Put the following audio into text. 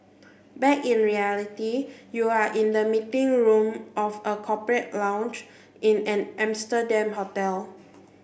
back in reality you are in the meeting room of a corporate lounge in an Amsterdam hotel